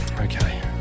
Okay